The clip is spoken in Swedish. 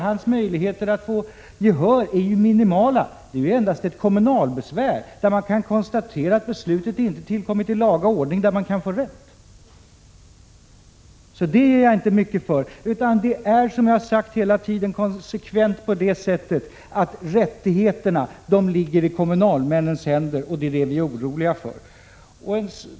Hans möjligheter att få gehör är ju minimala. Det är endast i ett kommunalbesvär, där man konstaterar att beslutet inte fattats i laga ordning, som man kan få rätt. Den besvärsrätten ger jag inte mycket för. Det är, som jag har sagt hela tiden, konsekvent så att rättigheterna ligger i kommunalmännens händer, och det är det vi är oroliga för.